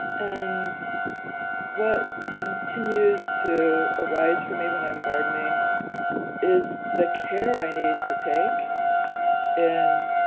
and what continues to arise for me when i'm gardening is the care i need to take in